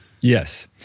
Yes